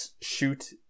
shoot